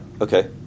Okay